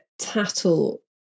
tattle